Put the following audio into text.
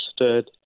understood